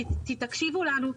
תקשיבו לנו,